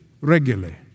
regularly